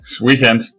Weekend